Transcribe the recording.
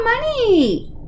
money